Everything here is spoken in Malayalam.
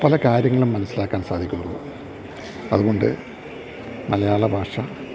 പല കാര്യങ്ങളും മനസ്സിലാക്കാൻ സാധിക്കുന്നുള്ളു അതുകൊണ്ട് മലയാള ഭാഷ